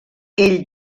ell